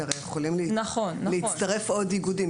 כי יכולים להצטרף עוד איגודים.